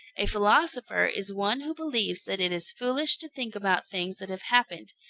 a philosopher is one who believes that it is foolish to think about things that have happened,